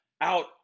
out